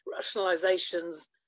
rationalizations